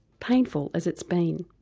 painful as it's been.